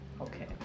Okay